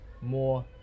more